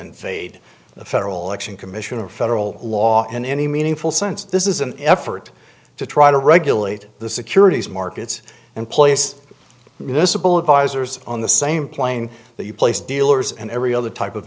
the federal election commission of federal law in any meaningful sense this is an effort to try to regulate the securities markets and place municipal advisors on the same plane that you place dealers and every other type of